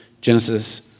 Genesis